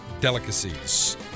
delicacies